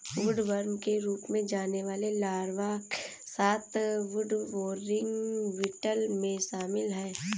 woodworm के रूप में जाने वाले लार्वा के साथ वुडबोरिंग बीटल में शामिल हैं